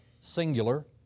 singular